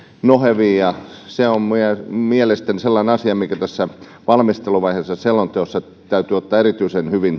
nohevia ja se on mielestäni sellainen asia mikä tässä valmisteluvaiheessa selonteossa täytyy ottaa erityisen hyvin